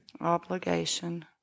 Obligation